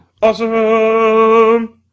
Awesome